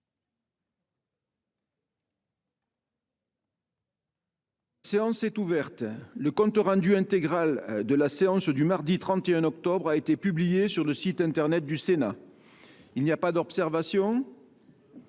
La séance est ouverte. Le compte rendu intégral de la séance du mardi 31 octobre 2023 a été publié sur le site internet du Sénat. Il n’y a pas d’observation ?…